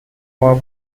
war